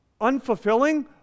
unfulfilling